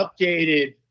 updated